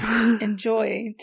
enjoy